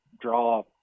draw